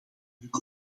druk